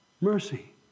mercy